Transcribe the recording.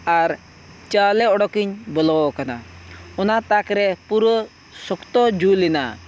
ᱟᱨ ᱪᱟᱣᱞᱮ ᱚᱰᱚᱠᱤᱧ ᱵᱚᱞᱚᱣ ᱟᱠᱟᱱᱟ ᱚᱱᱟ ᱛᱟᱠᱨᱮ ᱯᱩᱨᱟᱹ ᱥᱚᱠᱛᱚ ᱡᱩᱞᱮᱱᱟ